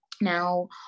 Now